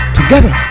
together